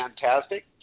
fantastic